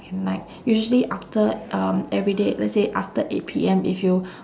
you might usually after um everyday let's say after eight P M if you